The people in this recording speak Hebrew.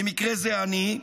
במקרה זה אני,